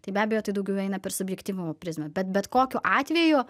tai be abejo tai daugiau eina per subjektyvumo prizmę bet bet kokiu atveju